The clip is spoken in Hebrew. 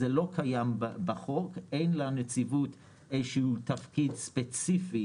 זה לא קיים בחוק ואין לנציבות איזה שהוא תפקיד ספציפי